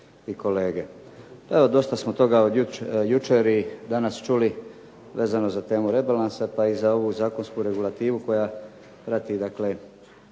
dosta smo toga jučer i danas čuli vezano za temu rebalansa pa i za ovu zakonsku regulativu koja prati dakle